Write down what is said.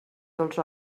dels